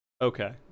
okay